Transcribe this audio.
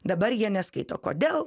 dabar jie neskaito kodėl